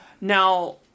now